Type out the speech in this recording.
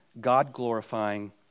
God-glorifying